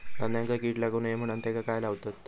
धान्यांका कीड लागू नये म्हणून त्याका काय लावतत?